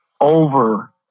over